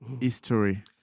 history